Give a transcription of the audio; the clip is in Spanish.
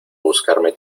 buscarme